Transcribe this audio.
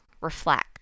Reflect